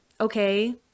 okay